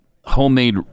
homemade